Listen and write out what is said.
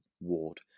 ward